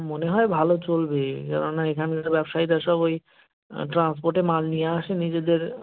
মনে হয় ভালো চলবে কেননা এখানকার ব্যবসায়ীরা সব ওই ট্রান্সপোর্টে মাল নিয়ে আসে নিজেদের